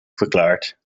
verklaard